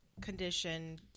condition